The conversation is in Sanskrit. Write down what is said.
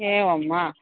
एवं वा